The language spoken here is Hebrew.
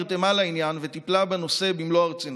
נרתמה לעניין וטיפלה בנושא במלוא הרצינות.